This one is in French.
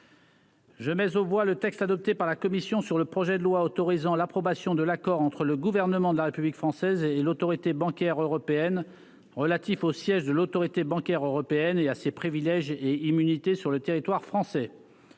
Je mais on voit le texte adopté par la commission sur le projet de loi autorisant l'approbation de l'accord entre le gouvernement de la République française et l'Autorité bancaire européenne relatif au siège de l'Autorité bancaire européenne et à ses privilèges et immunités sur le territoire français,